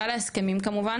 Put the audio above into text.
כלל ההסכמים כמובן,